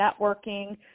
networking